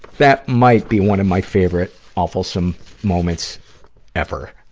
that might be one of my favorite awfulsome moments ever.